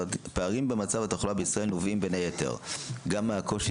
הפערים במצב התחלואה בישראל נובעים בין היתר גם מהקושי